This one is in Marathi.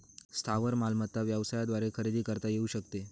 स्थावर मालमत्ता व्यवसायाद्वारे खरेदी करता येऊ शकते